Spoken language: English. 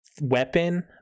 weapon